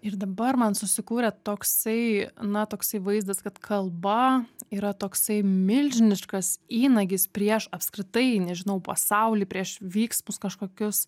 ir dabar man susikūrė toksai na toksai vaizdas kad kalba yra toksai milžiniškas įnagis prieš apskritai nežinau pasaulį prieš vyksmus kažkokius